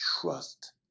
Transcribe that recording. trust